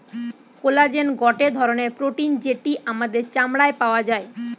collagen গটে ধরণের protein যেটি আমাদের চামড়ায় পাওয়া যায়